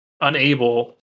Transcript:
unable